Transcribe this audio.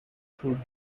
through